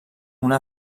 una